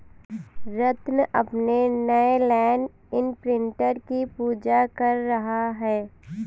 रत्न अपने नए land imprinter की पूजा कर रहा है